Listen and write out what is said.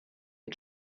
est